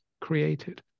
created